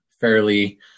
fairly